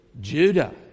Judah